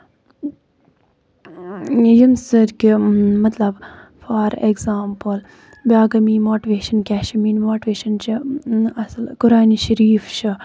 ییٚمہِ سۭتۍ کہِ مطلب فار ایٚکزامپٕل بیاکھ گٔے میٲنۍ ماٹِویشن کیاہ چھِ میانۍ ماٹِویشَن چھِ اصٕل قۄرانہِ شریٖف چھُ